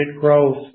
growth